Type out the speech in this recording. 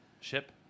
ship